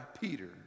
Peter